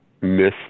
miss